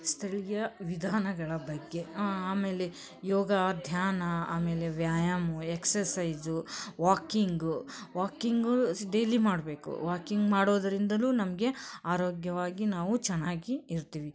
ಸ್ಥಳೀಯ ವಿಧಾನಗಳ ಬಗ್ಗೆ ಆಮೇಲೆ ಯೋಗ ಧ್ಯಾನ ಆಮೇಲೆ ವ್ಯಾಯಾಮ ಎಕ್ಸಸೈಜು ವಾಕಿಂಗು ವಾಕಿಂಗು ಸ್ ಡೈಲಿ ಮಾಡಬೇಕು ವಾಕಿಂಗ್ ಮಾಡೋದ್ರಿಂದಲೂ ನಮಗೆ ಆರೋಗ್ಯವಾಗಿ ನಾವು ಚೆನ್ನಾಗಿ ಇರ್ತೀವಿ